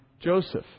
Joseph